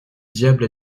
diable